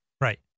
right